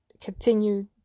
continue